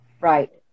right